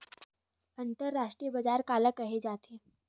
अंतरराष्ट्रीय बजार काला कहे जाथे?